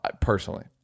personally